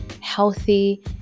healthy